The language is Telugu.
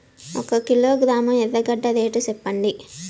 ఒక కిలోగ్రాము ఎర్రగడ్డ రేటు సెప్పండి?